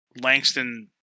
Langston